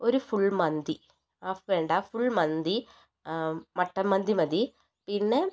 ഒരു ഫുൾ മന്തി ഹാഫ് വേണ്ട ഫുൾ മന്തി മട്ടൻ മന്തി മതി പിന്നെ